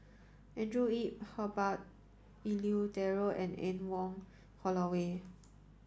Andrew Yip Herbert Eleuterio and Anne Wong Holloway